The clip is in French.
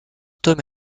tome